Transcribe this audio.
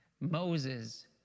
Moses